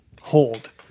hold